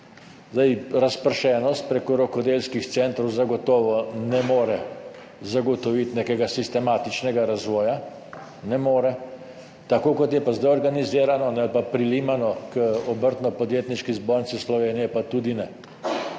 Razpršenost prek rokodelskih centrov zagotovo ne more zagotoviti nekega sistematičnega razvoja, tako, kot je pa zdaj organizirano ali pa prilepljeno k Obrtno-podjetniški zbornici Slovenije, pa tudi ne,